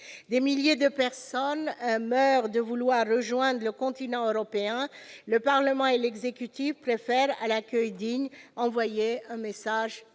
Des milliers de personnes meurent de vouloir rejoindre le continent européen. Le Parlement et l'exécutif préfèrent au fait d'assurer un accueil digne envoyer un message plutôt